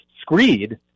screed